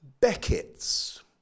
Beckett's